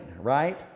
right